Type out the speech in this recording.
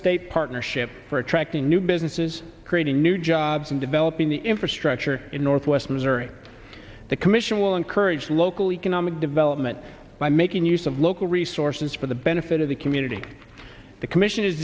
state partnership for attracting new businesses creating new jobs and developing the infrastructure in northwest missouri the commission will encourage local economic development by making use of local resources for the benefit of the community the commission is